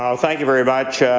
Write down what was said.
um thank you very much,